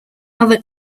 other